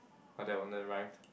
oh that rhymed